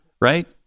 right